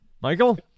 Michael